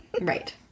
Right